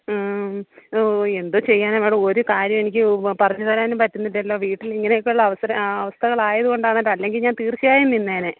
ഓഹ് എന്തോ ചെയ്യാനാണ് മേഡം ഒരു കാര്യവും എനിക്ക് പറഞ്ഞ് തരാനും പറ്റുന്നില്ലല്ലോ വീട്ടിൽ ഇങ്ങനെയൊക്കെയുള്ള അവസരം അവസ്ഥകൾ ആയതുകൊണ്ടാണ് അല്ലെങ്കിൽ ഞാൻ തീർച്ചയായും നിന്നേനെ